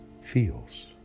feels